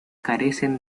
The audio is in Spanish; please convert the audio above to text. carecen